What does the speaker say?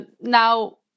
Now